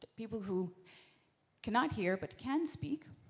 people who cannot hear but can speak,